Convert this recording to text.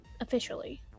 officially